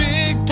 Big